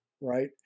right